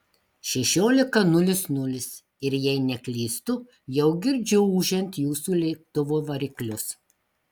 šešiolika nulis nulis ir jei neklystu jau girdžiu ūžiant jūsų lėktuvo variklius